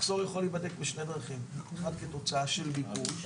מחסור יכול להיבדק בשתי דרכים: אחת כתוצאה של ביקוש,